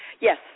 Yes